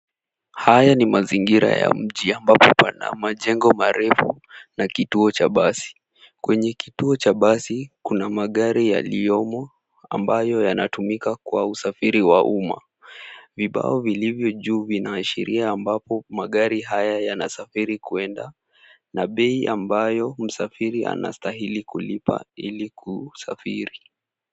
Haya ni mazingira ya mji ambapo pana majengo marefu na kituo cha basi. Kwenye kituo cha basi kuna magari yaliyomo ambayo yanatumika kwa usafiri wa umma. Vibao vilivyo juu vinaashiria ambapo magari haya yanasafiri kuenda na bei ambayo msafiri anastahili kulipa ili kusafiri.